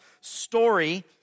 story